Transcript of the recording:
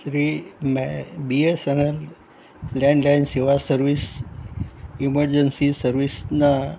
જી મેં BSNL landline સેવા service emergency સર્વિસના